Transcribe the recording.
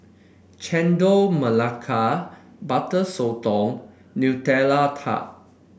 Chendol Melaka Butter Sotong Nutella Tart